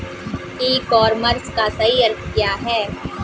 ई commerce का सही अर्थ क्या है?